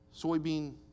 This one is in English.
soybean